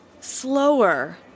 Slower